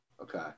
Okay